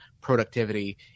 productivity